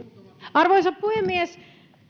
arvoisa puhemies